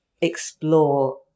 explore